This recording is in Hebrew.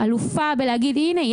אלופה בלהגיד הנה,